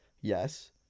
Yes